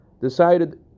decided